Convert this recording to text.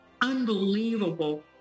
unbelievable